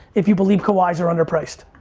if you believe kawhis are underpriced.